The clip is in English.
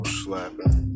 slapping